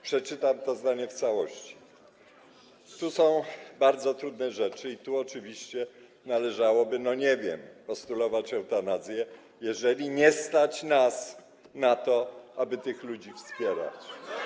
Przeczytam to zdanie w całości: Tu są bardzo trudne rzeczy i tu oczywiście należałoby, no, nie wiem, postulować eutanazję, jeżeli nie stać nas na to, aby tych ludzi wspierać.